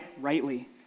rightly